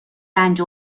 رنج